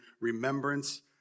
remembrance